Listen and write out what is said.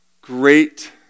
great